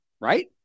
right